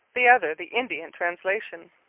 the other the indian translation.